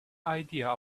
idea